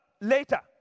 later